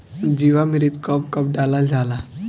जीवामृत कब कब डालल जाला?